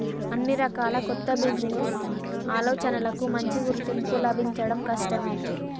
అన్ని రకాల కొత్త బిజినెస్ ఆలోచనలకూ మంచి గుర్తింపు లభించడం కష్టమే